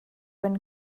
when